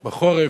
בחורף,